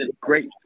great